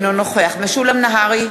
אינו נוכח משולם נהרי,